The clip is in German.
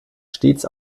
stets